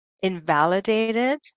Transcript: invalidated